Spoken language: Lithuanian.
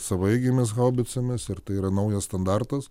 savaeigėmis haubicomis ir tai yra naujas standartas